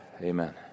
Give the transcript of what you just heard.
Amen